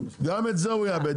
גם את זה הוא יאבד,